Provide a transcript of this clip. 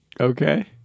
okay